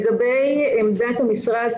לגבי עמדת המשרד,